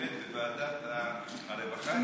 באמת ועדת הרווחה צריכה,